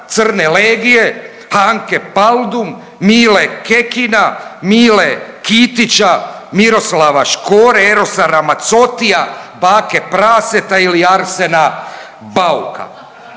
Crne legije, Hanke Paldum, Mile Kekina, Mile Kitića, Miroslava Škore, Erosa Ramazzottija, Bake Praseta ili Arsena Bauka,